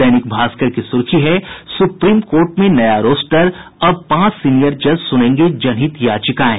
दैनिक भास्कर की सुर्खी है सुप्रीम कोर्ट में नया रोस्टर अब पांच सीनियर जज सुनेंगे जनहित याचिकाएं